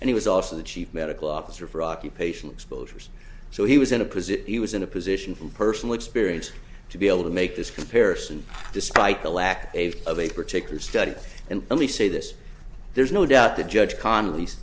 and he was also the chief medical officer for occupational exposures so he was in a position he was in a position from personal experience to be able to make this comparison despite the lack of a particular study and let me say this there's no doubt that judge connally's